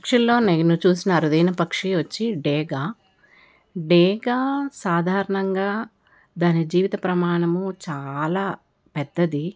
పక్షుల్లో నేను చూసిన అరుదైన పక్షి వచ్చి డేగ డేగ సాధారణంగా దాని జీవిత ప్రమాణము చాలా పెద్దది